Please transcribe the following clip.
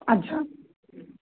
अच्छा